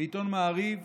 בעיתון מעריב,